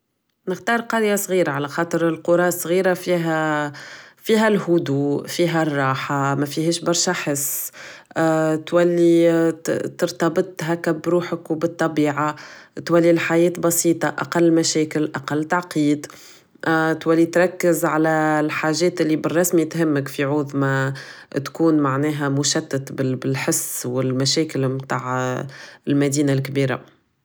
نحنختار قرية صغيرة علخاطر القرى الصغيرة فيها فيها الهدوء فيها الراحة مفيهاش برشا حس تولي ترتبط هكا بروحك و بطبيعة تولي الحياة بسيطة اقل مشاكل اقل تعقيد تولي تركز على الحاجات بالرسمي تهمك في عوض ما تكون مشتت بالحس و المشاكل متاع المدينة الكبيرة